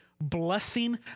blessing